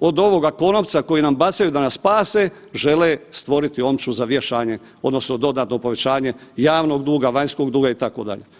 od ovoga konopca koji nam bacaju da nas spase žele stvoriti omču za vješanje odnosno dodatno povećanje javnog duga, vanjskog duga, itd.